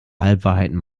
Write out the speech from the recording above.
halbwahrheiten